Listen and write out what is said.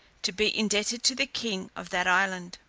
to be indebted to the king of that island.